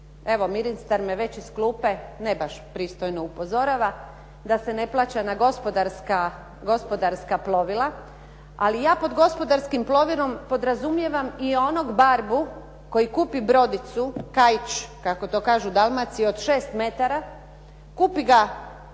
Evo, ministar me već iz klupe ne baš pristojno upozorava da se ne plaća na gospodarska plovila ali ja pod gospodarskim plovilom podrazumijevam i onog barbu koji kupi brodicu, kaić kako to kažu u Dalmaciji od 6 metara, kupi ga